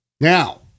Now